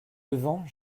levant